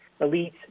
elites